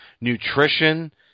nutrition